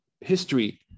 history